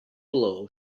below